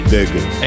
Digger